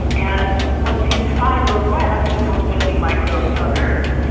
and what's inside those labs is most of the microbes on earth.